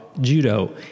judo